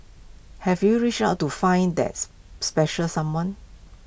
have you reached out to find that's special someone